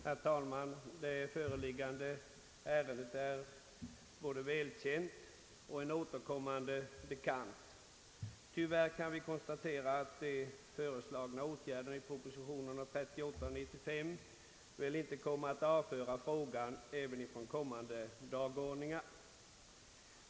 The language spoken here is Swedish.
Herr talman! Det föreliggande ärendet är en välkänd och återkommande bekant. Tyvärr kan vi konstatera att de i propositionerna nr 38 och 95 föreslagna åtgärderna inte avför frågan från kommande dagordningar.